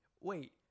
Wait